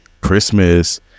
Christmas